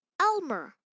Elmer